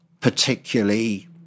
particularly